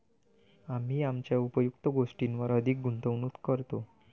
आम्ही आमच्या उपयुक्त गोष्टींवर अधिक गुंतवणूक करतो